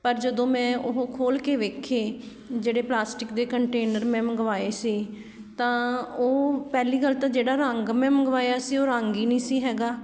ਪਰ ਜਦੋਂ ਮੈਂ ਉਹ ਖੋਲ੍ਹ ਕੇ ਵੇਖੇ ਜਿਹੜੇ ਪਲਾਸਟਿਕ ਦੇ ਕੰਟੇਨਰ ਮੈਂ ਮੰਗਵਾਏ ਸੀ ਤਾਂ ਉਹ ਪਹਿਲੀ ਗੱਲ ਤਾਂ ਜਿਹੜਾ ਰੰਗ ਮੈਂ ਮੰਗਵਾਇਆ ਸੀ ਉਹ ਰੰਗ ਹੀ ਨਹੀਂ ਸੀ ਹੈਗਾ